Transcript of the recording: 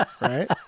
Right